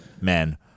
men